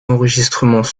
enregistrements